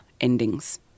endings